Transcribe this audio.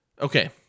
Okay